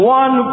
one